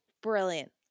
brilliant